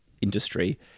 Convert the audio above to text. industry